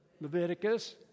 Leviticus